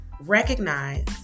recognize